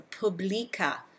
publica